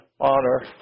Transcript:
honor